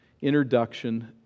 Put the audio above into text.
introduction